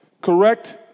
correct